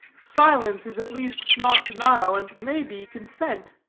silence is at least not denial, and may be consent.